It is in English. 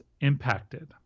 impacted